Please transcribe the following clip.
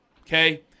Okay